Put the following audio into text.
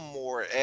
more